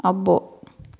అబ్బో